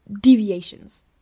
deviations